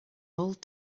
old